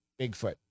Bigfoot